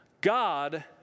God